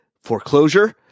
Foreclosure